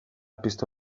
piztu